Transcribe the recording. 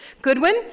Goodwin